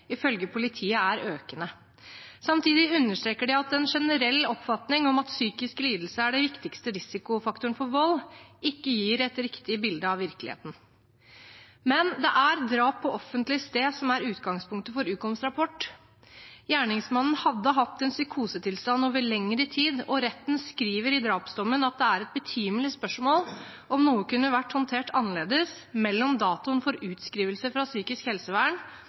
ifølge politiet er økende. Samtidig understreker de at «den generelle oppfatningen om at psykisk lidelse er den viktigste risikofaktoren for vold, ikke gir et riktig bilde av virkeligheten». Men det er et drap på offentlig sted som er utgangspunktet for Ukoms rapport. Gjerningsmannen hadde hatt en psykosetilstand over lengre tid, og retten skriver i drapsdommen at det er et betimelig spørsmål om noe kunne ha vært håndtert annerledes mellom datoen for utskrivelse fra psykisk helsevern